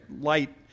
light